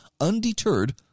undeterred